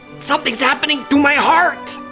something's happening to my heart.